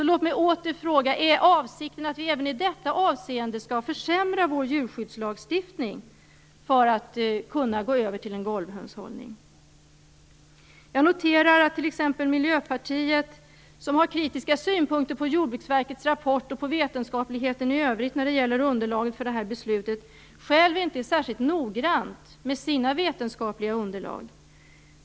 Låt mig återigen fråga: Är avsikten att vi även i detta avseende skall försämra vår djurskyddslagstiftning för att kunna gå över till en golvhönshållning? I Miljöpartiet, där man har kritiska synpunkter på Jordbruksverkets rapport och på vetenskapligheten i underlaget för detta beslut, är man själv inte särskilt noggrann med sina vetenskapliga underlag.